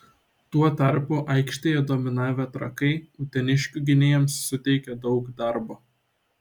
tuo tarpu aikštėje dominavę trakai uteniškių gynėjams suteikė daug darbo